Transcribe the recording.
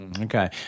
Okay